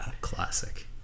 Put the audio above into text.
Classic